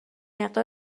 مقدار